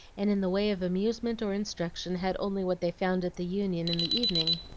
and in the way of amusement or instruction had only what they found at the union in the evening.